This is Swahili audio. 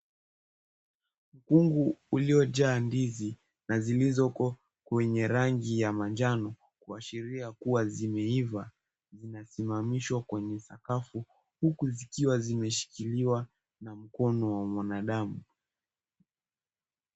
Mkungu uliyojaa ndizi na zilizoko kwenye rangi ya manjano kuashiria kuwa zimeiva, zinasimamishwa kwenye sakafu huku zikiwa zimeshikiliwa na mkono wa mwanadamu.